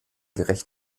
gerecht